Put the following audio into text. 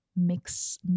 Mix